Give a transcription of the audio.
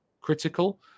critical